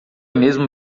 mesmo